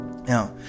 Now